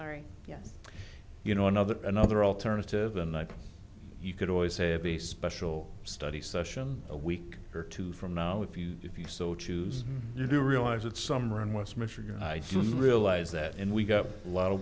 sorry yes you know another another alternative and you could always have a special study session a week or two from now if you if you so choose you do realize it's summer in west michigan i didn't realize that and we got a lot of